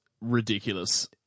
ridiculous